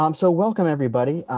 um so welcome, everybody.